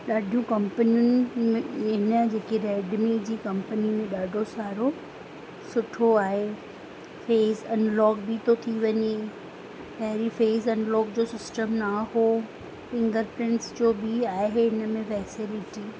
ॾाढियूं कंपनियुनि में हिन जेकी रेडमी जी कंपनी में ॾाढो सारो सुठो आहे फेस अनलॉक बि थो थी वञे पहिरीं फेस अनलॉक जो सिस्टम न हो फिंगरप्रिंट्स जो बि आहे इन में फैसिलिटी